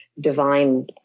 divine